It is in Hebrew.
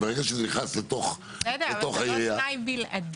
אבל ברגע שזה נכנס לתוך העירייה --- זה לא תנאי בלעדי.